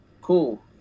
cool